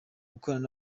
bakorana